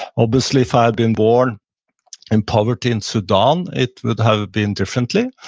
obviously, if i had been born in poverty in sudan, it would have been differently.